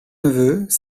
neveux